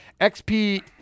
XP